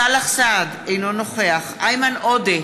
סאלח סעד, אינו נוכח איימן עודה,